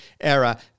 era